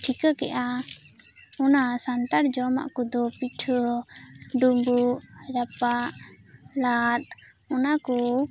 ᱴᱷᱤᱠᱟᱹ ᱠᱮᱫᱼᱟ ᱚᱱᱟ ᱥᱟᱱᱛᱟᱲ ᱡᱚᱢᱟᱜ ᱠᱚᱫᱚ ᱯᱤᱴᱷᱟᱹ ᱰᱩᱸᱵᱩᱜ ᱨᱟᱯᱟᱜ ᱞᱟᱫ ᱚᱱᱟ ᱠᱚ